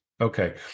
Okay